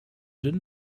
din